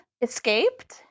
escaped